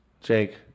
Jake